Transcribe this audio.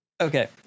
okay